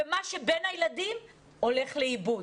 ומה שבין הילדים הולך לאיבוד.